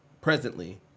presently